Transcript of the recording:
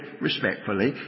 respectfully